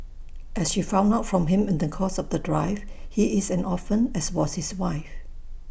as she found out from him in the course of the drive he is an orphan as was his wife